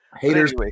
Haters